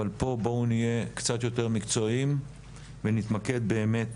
אבל פה בואו נהיה קצת יותר מקצועיים ונתמקד באמת